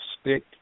stick